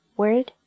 word